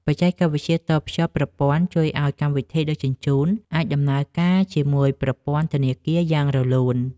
បច្ចេកវិទ្យាតភ្ជាប់ប្រព័ន្ធ ជួយឱ្យកម្មវិធីដឹកជញ្ជូនអាចដំណើរការជាមួយប្រព័ន្ធធនាគារយ៉ាងរលូន។